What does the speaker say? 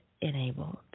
enabled